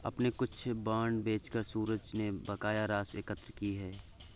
अपने कुछ बांड बेचकर सूरज ने बकाया राशि एकत्र की